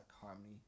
Harmony